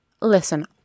listen